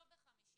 לא ב-50%,